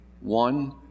One